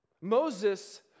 Moses